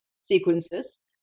sequences